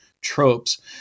tropes